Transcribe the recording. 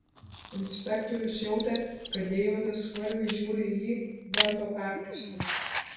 inspektorius jautė kad deividas skvarbiai žiūri į jį bando perprasti